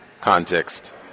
Context